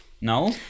No